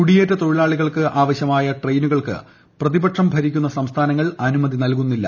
കുടിയേറ്റ തൊഴിലാളികൾക്ക് ആവശ്യിമായ ട്രെയിനുകൾക്ക് പ്രതിപക്ഷം ഭരിക്കുന്ന സംസ്ഥാനങ്ങൾ അനുമതി് നൽകുന്നില്ല